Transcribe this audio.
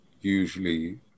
usually